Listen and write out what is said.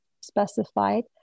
specified